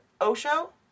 Osho